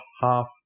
half